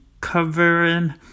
covering